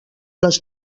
les